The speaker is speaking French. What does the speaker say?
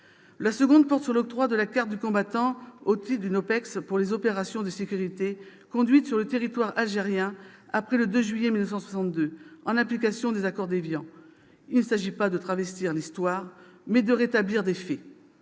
Le second sujet concerne l'octroi de la carte du combattant au titre d'une OPEX pour les opérations de sécurité conduites sur le territoire algérien après le 2 juillet 1962, en application des accords d'Évian. Il s'agit non pas de travestir l'Histoire, mais de rétablir des faits.